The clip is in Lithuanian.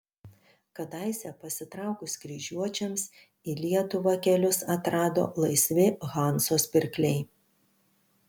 kadaise pasitraukus kryžiuočiams į lietuvą kelius atrado laisvi hanzos pirkliai